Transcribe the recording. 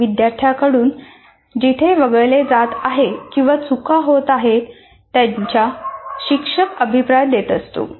विद्यार्थ्यांकडून जिथे वगळले जात आहे किंवा चुका होत आहेत त्याच्या शिक्षक अभिप्राय देत असतो